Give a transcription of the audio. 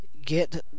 get